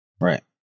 Right